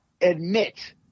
admit